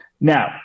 Now